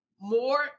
more